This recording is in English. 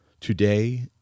Today